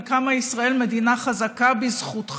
על כמה ישראל היא מדינה חזקה בזכותך,